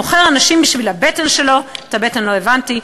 מוכר אנשים בשביל הבטן שלו" את הבטן לא הבנתי,